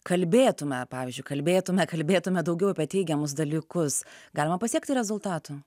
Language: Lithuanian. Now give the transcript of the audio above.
kalbėtume pavyzdžiui kalbėtume kalbėtume daugiau apie teigiamus dalykus galima pasiekti rezultatų